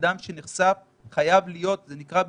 אדם שנחשף חייב להיות בבידוד זה נקרא בידוד,